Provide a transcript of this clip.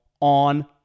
on